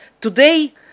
Today